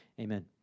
amen